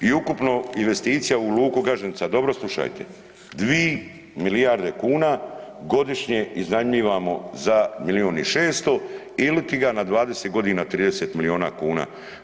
I ukupno investicija u Luku Gaženica dobro slučajte, 2 milijarde kuna godišnje iznajmljivamo za milijun 600 ili ti ga na 20 godina 30 milijuna kuna.